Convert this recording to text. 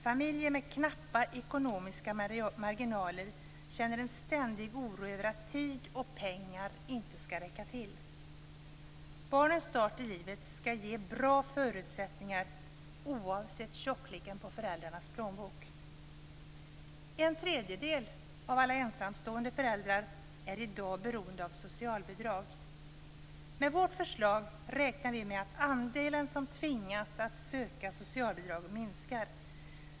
Familjer med knappa ekonomiska marginaler känner en ständig oro över att tid och pengar inte skall räcka till. Barnens start i livet skall ge bra förutsättningar oavsett tjockleken på föräldrarnas plånbok. En tredjedel av alla ensamstående föräldrar är i dag beroende av socialbidrag. Med vårt förslag räknar vi med att andelen som tvingas att söka socialbidrag minskar.